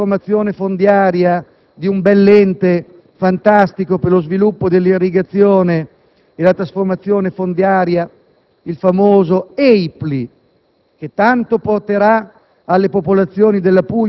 proroga ancora una bella trasformazione fondiaria di un bell'ente per lo sviluppo dell'irrigazione e la trasformazione fondiaria, il famoso EIPLI